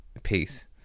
peace